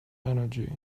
energy